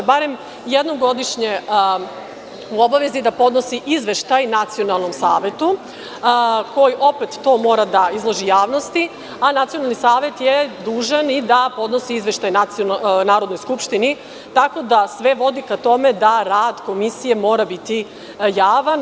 Barem jednom godišnje je u obavezi da podnosi izveštaj Nacionalnom savetu, koji opet mora da izloži javnosti, a Nacionalni savet je dužan da podnosi izveštaj Narodnoj skupštini, tako da sve vodi ka tome da rad komisije mora biti javan.